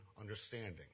understanding